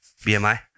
BMI